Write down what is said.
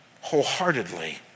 wholeheartedly